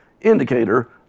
indicator